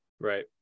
Right